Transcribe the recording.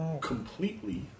completely